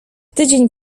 tydzień